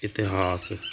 ਇਤਿਹਾਸ